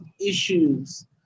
issues